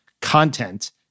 content